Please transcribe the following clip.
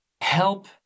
help